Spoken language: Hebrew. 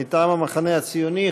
מטעם המחנה הציוני,